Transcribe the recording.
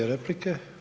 replike.